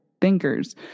thinkers